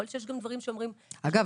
אגב,